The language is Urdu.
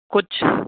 کچھ